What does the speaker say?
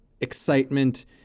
excitement